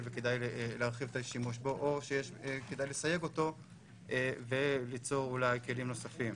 וכדאי להרחיב את השימוש בו או שכדאי לסייג אותו וליצור כלים נוספים.